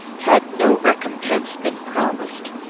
had no recompense been promised.